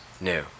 new